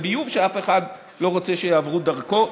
ביוב שאף אחד לא רוצה שיעברו דרכו.